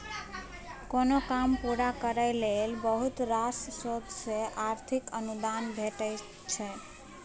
कोनो काम पूरा करय लेल बहुत रास स्रोत सँ आर्थिक अनुदान भेटय छै